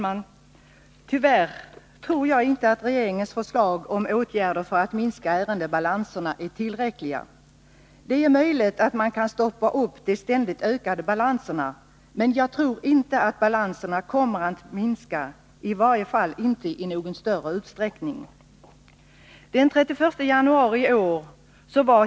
Herr talman! Tyvärr tror jag inte att regeringens förslag om åtgärder för att minska ärendebalanserna är tillräckliga. Det är möjligt att man kan stoppa de ständiga ökningarna av balanserna, men jag tror inte att balanserna kommer att minska, i varje fall inte i någon större utsträckning.